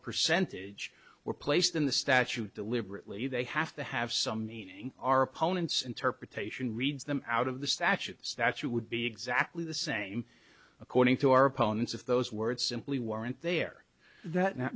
percentage were placed in the statute deliberately they have to have some meaning our opponents interpretation reads them out of the statutes that you would be exactly the same according to our opponents if those words simply weren't there that now